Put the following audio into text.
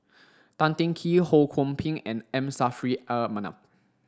Tan Teng Kee Ho Kwon Ping and M Saffri a Manaf